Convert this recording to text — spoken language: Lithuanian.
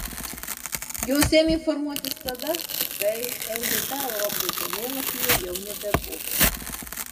jos ėmė formuotis tada kai ldk europos žemėlapyje jau nebebuvo